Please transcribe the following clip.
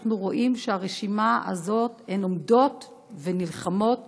אנחנו רואים שהן עומדות ונלחמות